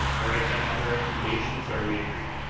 right, then, on the recommendations are we agreed?